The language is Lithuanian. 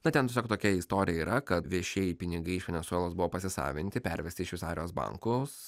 tad ten tiesiog tokia istorija yra kad viešieji pinigai iš venesuelos buvo pasisavinti pervesti į šveicarijos bankus